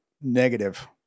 negative